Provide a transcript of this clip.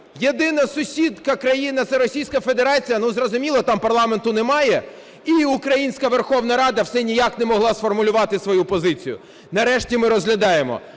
Єдина сусідка-країна – це Російська Федерація, зрозуміло, там парламенту немає. І українська Верховна Рада все ніяк не могла сформулювати свою позицію. Нарешті ми розглядаємо.